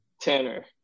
Tanner